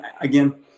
again